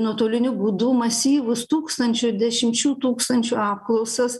nuotoliniu būdu masyvus tūksančių dešimčių tūkstančių apklausas